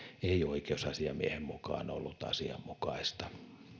ei oikeusasiamiehen mukaan ollut asianmukaista